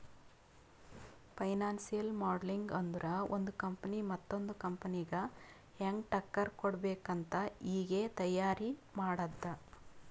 financial modeling ಅಂದುರ್ ಒಂದು company ಮತ್ತೊಂದ್ ಕಂಪನಿಗ ಹ್ಯಾಂಗ್ ಟಕ್ಕರ್ ಕೊಡ್ಬೇಕ್ ಅಂತ್ ಈಗೆ ತೈಯಾರಿ ಮಾಡದ್ದ್